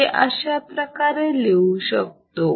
आपण ते अशाप्रकारे लिहू शकतो